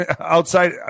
outside